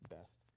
best